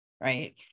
Right